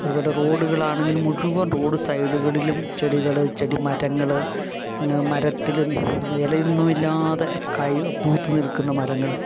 റോഡുകളാണെങ്കിൽ മുഴുവൻ റോഡു സൈഡുകളിലും ചെടികൾ ചെടി മരങ്ങൾ മരത്തിലും ഇലയൊന്നും ഇല്ലാതെ കായി പൂത്തു നിൽക്കുന്ന മരങ്ങൾ